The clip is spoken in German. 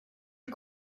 die